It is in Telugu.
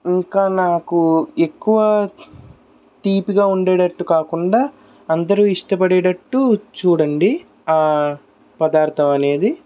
ఇంకా నాకు ఎక్కువ తీపిగా ఉండేటట్టు కాకుండా అందరూ ఇష్ట పడేటట్టు చూడండి ఆ పదార్థం అనేది